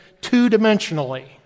two-dimensionally